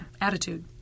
Attitude